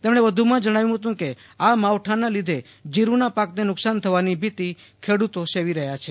તેમણે વધુમાં જણાવ્યુ હતું કે આ માવઠાના લીધે જીરૂના પાકને નુકશાન થવાની ભીતિ ખેડુતો સેવી રહ્યા છે